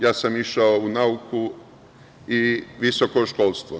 Ja sam išao u nauku i visoko školstvo.